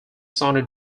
sony